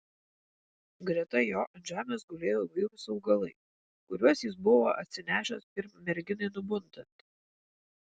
greta jo ant žemės gulėjo įvairūs augalai kuriuos jis buvo atsinešęs pirm merginai nubundant